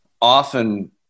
often